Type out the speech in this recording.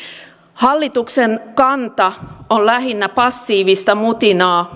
hallituksen kanta on lähinnä passiivista mutinaa